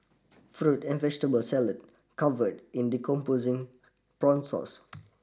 fruit and vegetable salad covered in decomposing prawn sauce